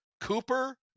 Cooper